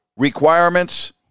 Requirements